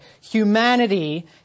humanity